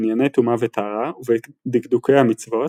בענייני טומאה וטהרה ובדקדוקי המצוות,